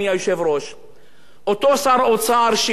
אותו שר אוצר שמינה ועדה רק בספטמבר,